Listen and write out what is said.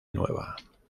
nueva